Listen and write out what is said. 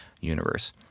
universe